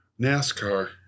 NASCAR